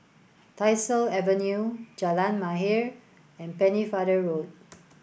Tyersall Avenue Jalan Mahir and Pennefather Road